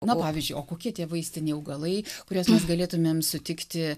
na pavyzdžiui o kokie tie vaistiniai augalai kuriuos mes galėtumėm sutikti